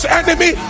enemy